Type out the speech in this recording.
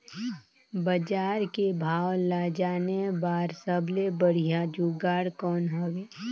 बजार के भाव ला जाने बार सबले बढ़िया जुगाड़ कौन हवय?